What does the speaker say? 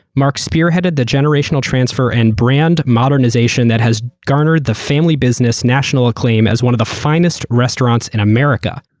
mark spearheaded the generational transfer and brand modernization that has garnered the family business national acclaim as one of the finest restaurants in america.